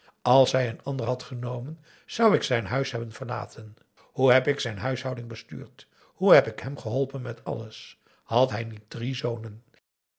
als hij een ander had genomen zou ik zijn huis hebben verlaten hoe heb ik zijn huishouding bestuurd hoe heb ik hem geholpen met alles had hij niet drie zonen